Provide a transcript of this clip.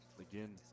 Again